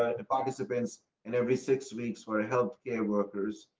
the participants and every six weeks for ah help care workers.